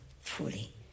fully